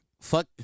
Fuck